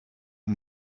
not